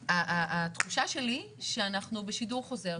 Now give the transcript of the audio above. התחושה שלי, שאנחנו בשידור חוזר.